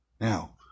Now